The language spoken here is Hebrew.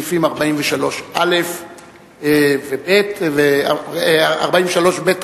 בסעיפים 43(א) ו-43(ב),